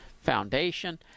foundation